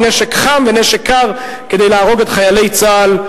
נשק חם ונשק קר כדי להרוג את חיילי צה"ל.